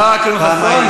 לא רק אכרם חסון,